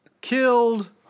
killed